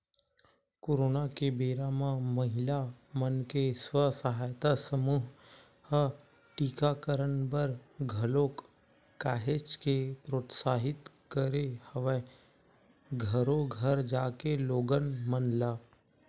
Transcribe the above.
corona के बेरा म महिला मन के स्व सहायता समूह ह टीकाकरन बर घलोक काहेच के प्रोत्साहित करे हवय घरो घर जाके लोगन मन ल